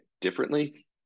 differently